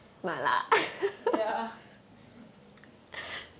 ya